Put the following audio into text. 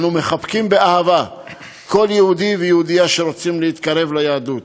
אנו מחבקים באהבה כל יהודי ויהודייה שרוצים להתקרב ליהדות.